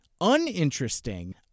uninteresting